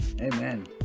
Amen